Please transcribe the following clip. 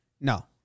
No